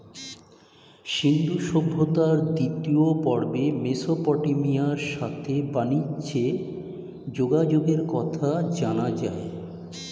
সিন্ধু সভ্যতার দ্বিতীয় পর্বে মেসোপটেমিয়ার সাথে বানিজ্যে যোগাযোগের কথা জানা যায়